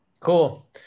Cool